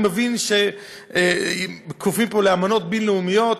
אני מבין שכפופים פה לאמנות בין-לאומיות,